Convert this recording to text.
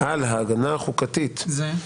על ההגנה החוקתית --- מי?